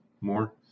more